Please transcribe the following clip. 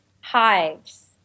hives